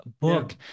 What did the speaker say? book